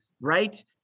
right